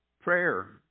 prayer